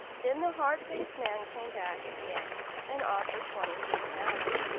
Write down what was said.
then the hard-faced man came back again and offered twenty-three pounds.